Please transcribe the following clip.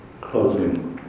closing